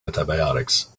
antibiotics